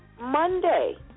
Monday